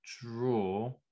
draw